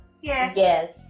Yes